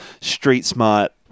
street-smart